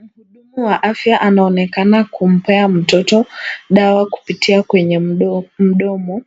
Mhudumu wa afya anaonekana kumpea mtoto dawa kupitia kwenye mdomo